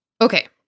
Okay